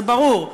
זה ברור,